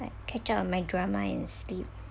like catch up on my drama and sleep